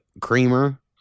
creamer